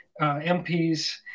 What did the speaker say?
MPs